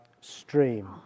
stream